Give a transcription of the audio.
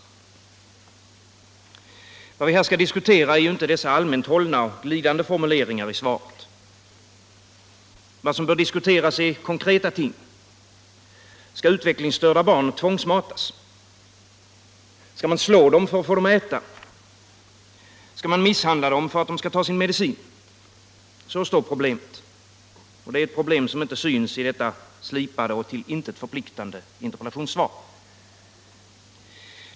Vad vi här skall diskutera är inte dessa allmänt hållna, glidande formuleringar i svaret. Vad som bör diskuteras är konkreta ting. Skall utvecklingsstörda barn tvångsmatas? Skall man slå dem för att få dem att äta? Skall man misshandla dem för att de skall ta sin medicin? Så står problemet. Och det är ett problem som inte syns i detta slipade och till intet förpliktande interpellationssvar.